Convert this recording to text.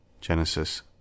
Genesis